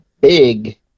Big